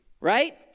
right